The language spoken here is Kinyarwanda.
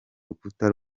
rukuta